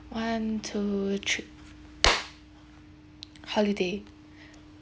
one two three holiday